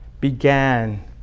began